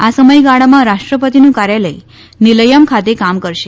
આ સમયગાળામાં રાષ્ટ્રપતિનું કાર્યાલય નિલયમ ખાતે કામ કરશે